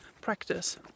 practice